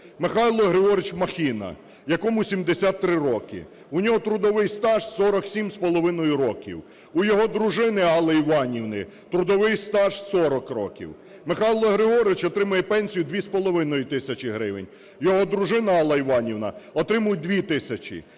Михайло Григорович Махіна, якому 73 роки. В нього трудовий стаж – 47,5, у його дружини Алли Іванівни трудовий стаж – 40 років. Михайло Григорович отримує пенсію 2,5 тисячі гривень, його дружина Алла Іванівна отримує 2 тисячі.